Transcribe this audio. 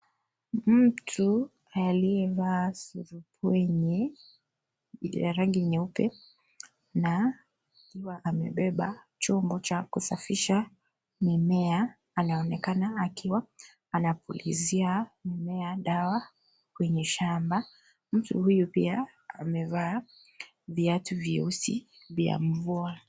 Mtu aliyevaa zurubwenye ya rangi nyeupe na akiwa amebeba chombo cha kusafisha mimea. Anaonekana akiwa anapulizia mimea dawa kwenye shamba. Mtu huyu pia amevaa viatu vyeusi vya mvua.